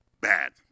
bad